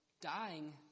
Dying